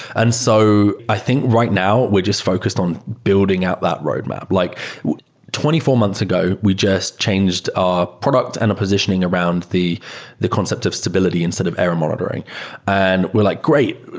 and so i think right now we're just focused on building out that roadmap. like twenty four months ago, we just changed our product and our positioning around the the concept of stability instead of error monitoring and we're like, great!